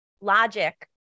Logic